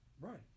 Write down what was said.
right